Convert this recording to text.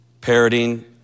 parroting